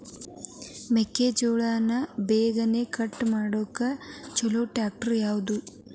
ಮೆಕ್ಕೆ ಜೋಳ ಬೆಳಿನ ಕಟ್ ಮಾಡಾಕ್ ಛಲೋ ಟ್ರ್ಯಾಕ್ಟರ್ ಯಾವ್ದು?